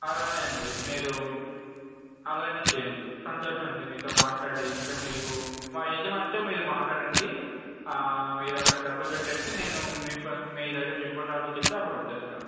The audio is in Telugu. అలాగే అండి మీరూ అలాగే చెయ్యండి సంతోషం అండి మీతో మాట్లాడి ఇంకా మీకు మా యజమానితో మీరు మాట్లాడండి మీరు అక్కడ డబ్బులు కట్టేస్తే నేను మీ మీ దగ్గరకి ఎప్పుడు రావాలో చెప్తే అప్పుడు వచ్చేస్తాను